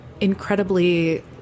incredibly